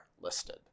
listed